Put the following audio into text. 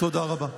תודה רבה.